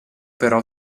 però